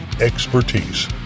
expertise